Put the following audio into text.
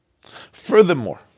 Furthermore